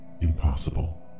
impossible